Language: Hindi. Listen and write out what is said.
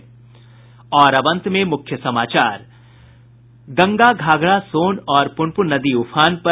और अब अंत में मुख्य समाचार गंगा घाघरा सोन और पुनपुन नदी उफान पर